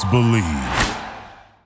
Believe